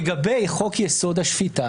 לגבי חוק יסוד השפיטה